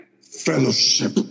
fellowship